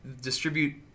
distribute